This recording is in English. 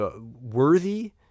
worthy